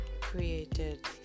created